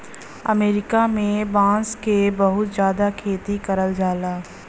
अमरीका में बांस क बहुत जादा खेती करल जाला